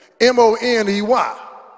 M-O-N-E-Y